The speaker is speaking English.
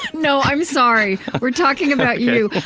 no, i'm sorry. we're talking about you